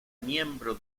miembro